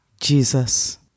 Jesus